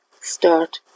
start